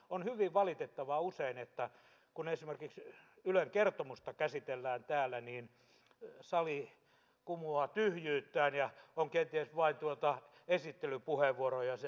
on hyvin valitettavaa kun esimerkiksi ylen kertomusta käsitellään täällä että sali usein kumuaa tyhjyyttään ja on kenties vain esittelypuheenvuoro ja se nuijitaan